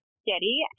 steady